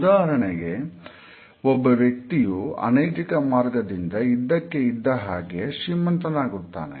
ಉದಾಹರಣೆಗೆ ಒಬ್ಬ ವ್ಯಕ್ತಿಯು ಅನೈತಿಕ ಮಾರ್ಗದಿಂದ ಇದ್ದಕ್ಕೆ ಇದ್ದ ಹಾಗೆ ಶ್ರೀಮಂತನಾಗುತ್ತಾನೆ